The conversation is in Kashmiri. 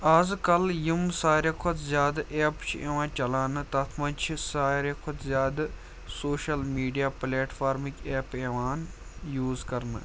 آز کَل یِم ساروے کھۄتہٕ زیادٕ ایپہٕ چھِ یِوان چلاونہٕ تَتھ منٛز چھِ ساروے کھۄتہٕ زیادٕ سوشَل میٖڈیا پٕلیٹفارمٕکۍ ایپہٕ یِوان یوٗز کَرنہٕ